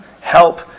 help